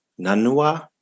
nanua